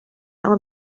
اما